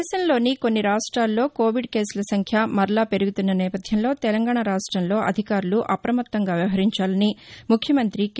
దేశంలోని కొన్ని రాష్ట్రాల్లో కోవిడ్ కేసుల సంఖ్య మరలా పెరుగుతున్న నేపథ్యంలో తెలంగాణ రాష్టంలో అధికారులు అప్రమత్తంగా వ్యవహరించాలని ముఖ్యమంతి కె